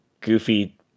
Goofy